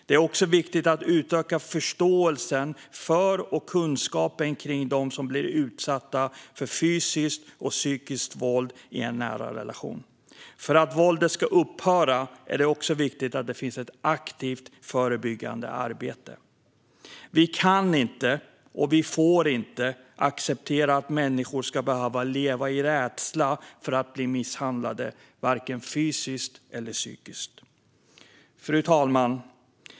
Det är också viktigt att utöka förståelsen för och kunskapen om dem som blir utsatta för fysiskt och psykiskt våld i en nära relation. För att våldet ska upphöra är det också viktigt att det finns ett aktivt förebyggande arbete. Vi kan och får inte acceptera att människor ska behöva leva i rädsla för att bli fysiskt eller psykiskt misshandlade. Fru talman!